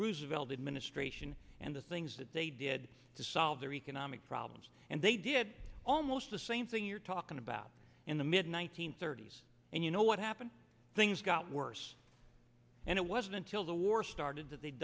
roosevelt administration and the things that they did to solve their economic problems and they did almost the same thing you're talking about in the mid one nine hundred thirty s and you know what happened things got worse and it wasn't until the war started that they